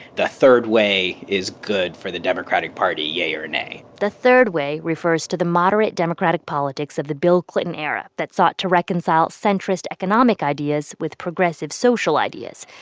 the third way is good for the democratic party yea or nay? the third way refers to the moderate democratic politics of the bill clinton era that sought to reconcile centrist economic ideas with progressive social ideas.